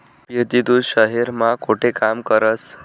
पिरती तू शहेर मा कोठे काम करस?